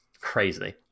Crazy